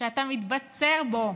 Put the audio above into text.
שאתה מתבצר בו.